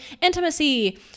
intimacy